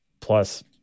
plus